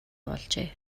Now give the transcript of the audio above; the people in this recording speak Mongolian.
болжээ